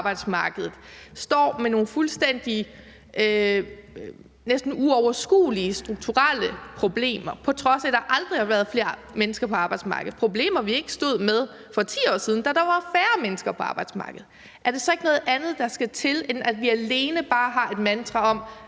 står med nogle fuldstændig næsten uoverskuelige strukturelle problemer, på trods af at der aldrig har været flere mennesker på arbejdsmarkedet – problemer, vi ikke stod med for 10 år siden, da der var færre mennesker på arbejdsmarkedet – er det så ikke noget andet, der skal til, end at vi alene bare har et mantra om,